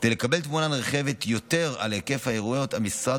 כדי לקבל תמונה נרחבת יותר על היקף ההתאבדויות המשרד